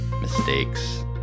mistakes